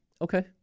Okay